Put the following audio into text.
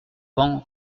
pan